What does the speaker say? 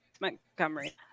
Montgomery